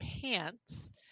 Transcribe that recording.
pants